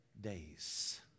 days